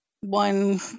One